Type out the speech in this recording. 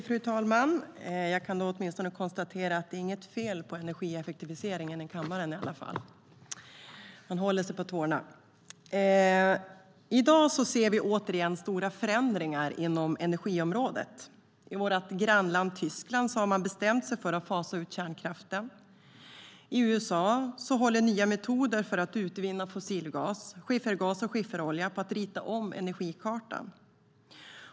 Fru talman! Jag kan åtminstone konstatera att det inte är något fel på energieffektiviseringen i kammaren. Man håller sig på tårna. I dag ser vi återigen stora förändringar inom energiområdet. I vårt grannland Tyskland har man bestämt sig för att fasa ut kärnkraften. I USA håller nya metoder för att utvinna fossilgas, skiffergas och skifferolja på att rita om energikartan.